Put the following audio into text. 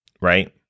right